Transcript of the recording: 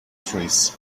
trees